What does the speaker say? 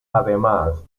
además